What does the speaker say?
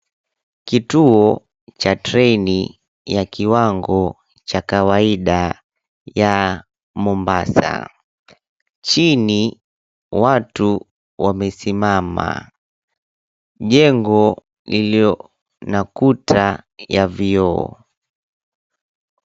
Kituo cha treni ya kiwango cha kawaida ya Mombasa. Chini watu wamesimama. Jengo lililo na kuta ya vioo.